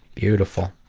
beautiful.